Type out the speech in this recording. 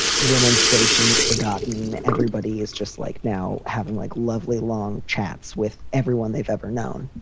remonstrations forgotten. everybody is just like now having, like, lovely long chats with everyone they've ever known.